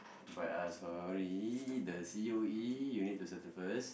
but uh sorry the C_O_E you need settle first